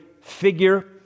figure